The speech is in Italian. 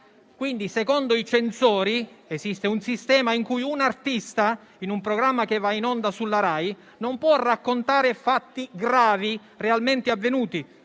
adeguarsi. Secondo i censori esiste quindi un sistema in cui un artista, in un programma che va in onda sulla RAI, non può raccontare fatti gravi, realmente avvenuti.